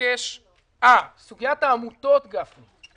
סוגיית העמותות, גפני.